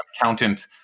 accountant